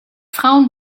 frauen